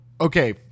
okay